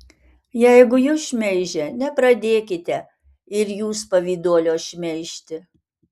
jeigu jus šmeižia nepradėkite ir jūs pavyduolio šmeižti